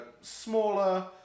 smaller